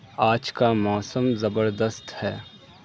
آج کا موسم زبردست ہے